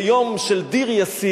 ביום של דיר-יאסין,